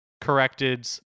corrected